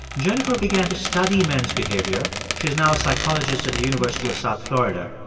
jennifer began to study men's behavior. she's now a psychologist at the university of south florida.